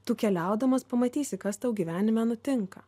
tu keliaudamas pamatysi kas tau gyvenime nutinka